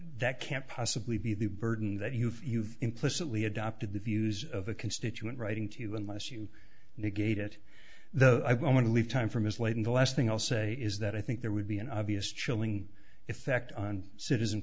that can't possibly be the burden that you feel you've implicitly adopted the views of a constituent writing to you unless you negate it though i want to leave time from his late in the last thing i'll say is that i think there would be an obvious chilling effect on citizen